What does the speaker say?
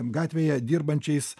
gatvėje dirbančiais